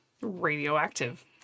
radioactive